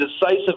decisive